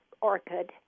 orchid